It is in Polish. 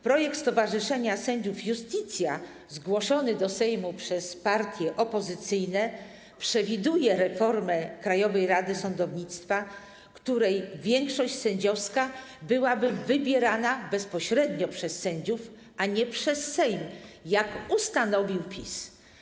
Projekt stowarzyszenia sędziów Iustitia zgłoszony do Sejmu przez partie opozycyjne przewiduje reformę Krajowej Rady Sądownictwa, której większość sędziowska byłaby wybierana bezpośrednio przez sędziów, a nie przez Sejm, jak ustanowił PiS.